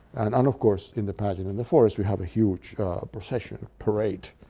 and and of course, in the pageant in the forest we have a huge procession, parade,